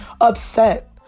upset